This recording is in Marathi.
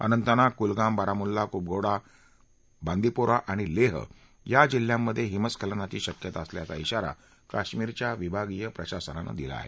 अनंतनाग कुलगाम बारामुल्ला कुपवाडा बांदीपोरा आणि लेह या जिल्ह्यांमध्ये हिमस्खलनाची शक्यता असल्याचा शिवारा काश्मीरच्या विभागीय प्रशासनानं दिला आहे